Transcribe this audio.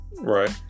Right